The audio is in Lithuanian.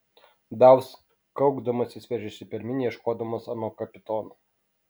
davosas kaudamasis veržėsi per minią ieškodamas ano kapitono